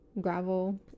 gravel